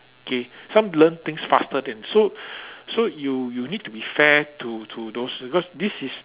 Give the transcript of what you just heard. K some learn things faster than so so you you need to be fair to to those because this is